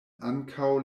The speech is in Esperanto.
ankaŭ